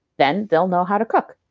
then they'll know how to cook,